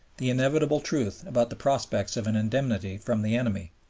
the inevitable truth about the prospects of an indemnity from the enemy.